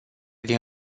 din